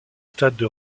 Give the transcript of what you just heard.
stade